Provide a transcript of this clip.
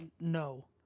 no